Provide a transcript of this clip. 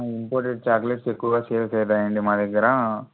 imported chocolates ఎక్కువగా save చేయమండీ మా దగ్గర